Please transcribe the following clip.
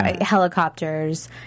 helicopters